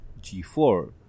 G4